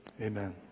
Amen